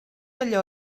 allò